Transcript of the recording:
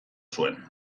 zuen